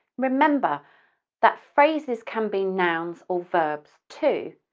remember that phrases can be nouns or verbs too,